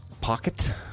pocket